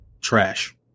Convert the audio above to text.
trash